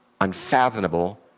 unfathomable